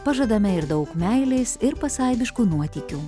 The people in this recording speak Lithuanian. pažadame ir daug meilės ir pasaibiškų nuotykių